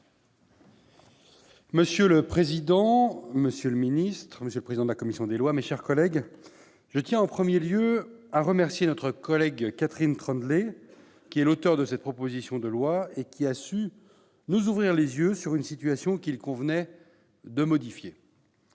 Monsieur le président, monsieur le secrétaire d'État, monsieur le président de la commission, mes chers collègues, je tiens, en premier lieu, à remercier Catherine Troendlé, auteur de cette proposition de loi, qui a su nous ouvrir les yeux sur une situation qu'il convenait de modifier.